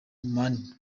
mani